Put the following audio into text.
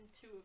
two